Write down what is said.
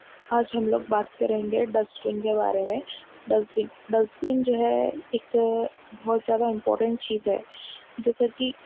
آج ہم لوگ بات کریں گے ڈسبن کے بارے میں ڈسبن ڈسبن جو ہے ایک بہت زیادہ امپوٹنٹ چیز ہے جیسے کہ